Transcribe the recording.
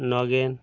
Nagen